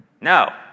No